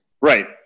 Right